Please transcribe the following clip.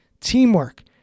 teamwork